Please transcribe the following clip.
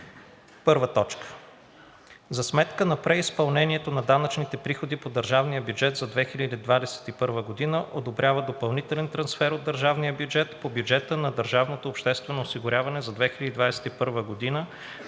РЕШИ: 1. За сметка на преизпълнението на данъчните приходи по държавния бюджет за 2021 г. одобрява допълнителен трансфер от държавния бюджет по бюджета на държавното обществено осигуряване за 2021 г.